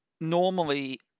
normally